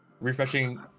refreshing